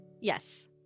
Yes